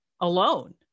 alone